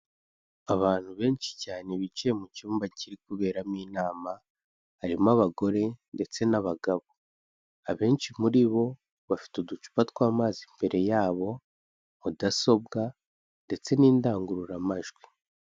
Abantu benshi cyane bicaye mu cyumba kiri kuberamo inama, harimo abagore ndetse n'abagabo, abenshi muri bo, bafite uducupa tw'amazi imbere yabo, mudasobwa ndetse n'indangururamajwi.